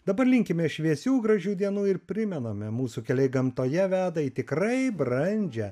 dabar linkime šviesių gražių dienų ir primename mūsų keliai gamtoje veda į tikrai brandžią